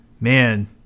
Man